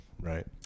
Right